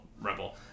Rebel